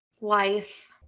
life